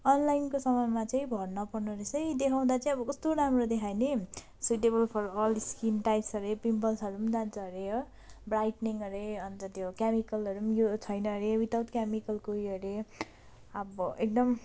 अनलाइनको सामानमा चाहिँ भर नपर्नु रहेछ है देखाउँदा चाहिँ अब कस्तो राम्रो देखायो नि suitable for all skin types हरे पिम्पल्सहरू जान्छ अरे हो ब्राइटेनिङ अरे अन्त त्यो केमिकलहरू यो छैन अरे विदाउट केमिकलको यो अरे अब एकदम